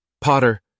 Potter